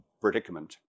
Predicament